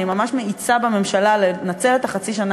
אני ממש מאיצה בממשלה לנצל את חצי השנה